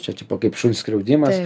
čia tipo kaip šuns skriaudimas